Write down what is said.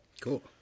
Cool